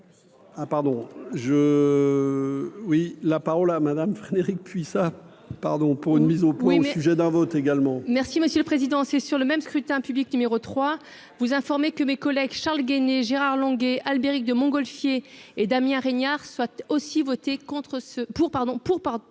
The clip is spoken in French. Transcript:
je oui la parole à Madame Frédérique Puissat pardon pour une mise au point au sujet d'un vote également. Merci monsieur le président, c'est sur le même scrutin public numéro 3 vous informer que mes collègues, Charles Guené, Gérard Longuet, Albéric de Montgolfier et Damien Régnard soit aussi voté contre ce pour